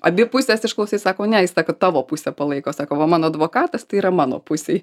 abi puses išklausai sako ne sako tavo pusę palaiko sako va mano advokatas tai yra mano pusėj